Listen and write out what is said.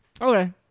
Okay